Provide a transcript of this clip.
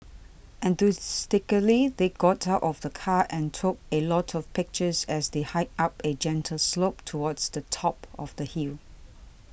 enthusiastically they got out of the car and took a lot of pictures as they hiked up a gentle slope towards the top of the hill